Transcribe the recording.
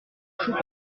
chauds